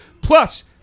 plus